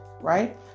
right